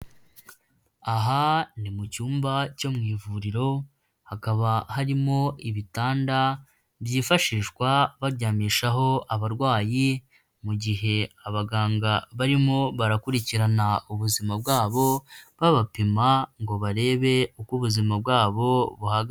Aha ni mu cyumba cyo mu ivuriro hakaba harimo ibitanda byifashishwa baryamishaho abarwayi mu gihe abaganga barimo barakurikirana ubuzima bwabo, babapima ngo barebe uko ubuzima bwabo buhagaze.